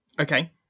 Okay